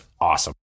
awesome